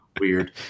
weird